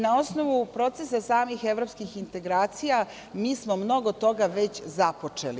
Na osnovu procesa samih evropskih integracija mi smo mnogo toga već započeli.